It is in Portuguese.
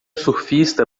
surfista